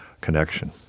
connection